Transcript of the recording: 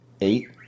eight